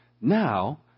Now